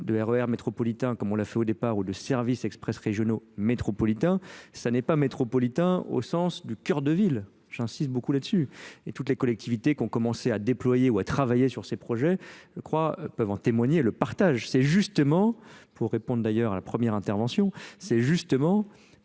de E r métropolitain comme on l'a fait au départ ou de services expressément métropolitains, ça n'est pas métropolitain ça n'est pas métropolitain au sens du cœur de ville. J'insiste beaucoup là dessus et toutes les collectivités qu'ont commencé à déployer ou à travailler sur ces projets je crois peuvent en témoigner le partage pour répondre d'ailleurs à la première intervention c'est justement